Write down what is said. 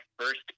first